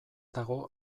dago